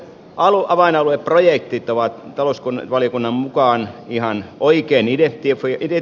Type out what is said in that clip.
uudet avainalueprojektit ovat talousvaliokunnan mukaan ihan oikein identifioitu